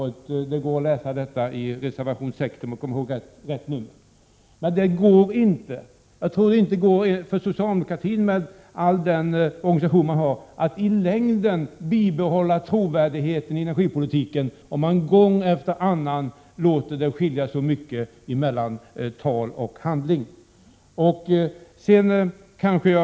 Det är bara att läsa reservation 60. : Inte ens socialdemokraterna kan alltså i längden — trots deras organisation — behålla sin trovärdighet inom energipolitiken, om de gång på gång låter det skilja så mycket mellan tal och handling.